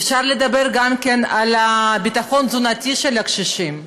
אפשר לדבר גם על הביטחון התזונתי של הקשישים.